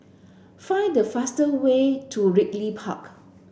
find the fastest way to Ridley Park